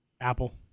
Apple